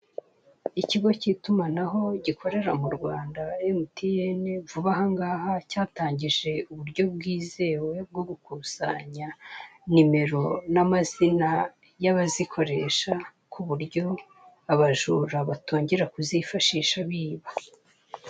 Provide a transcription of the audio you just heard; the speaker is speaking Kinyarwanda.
Ikigo k'itumanaho gikorera mu Rwanda emutiyene vuba ahangaha cyatangije uburyo bwizewe bwo gukusanya nimero n'amazina y'abazikoresha ku buryo abajura batongera kuzifashisha biba.